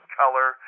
color